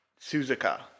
Suzuka